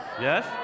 Yes